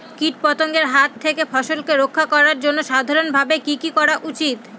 কীটপতঙ্গের হাত থেকে ফসলকে রক্ষা করার জন্য সাধারণভাবে কি কি করা উচিৎ?